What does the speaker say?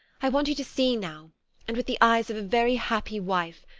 i want you to see now, and with the eyes of a very happy wife,